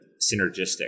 synergistic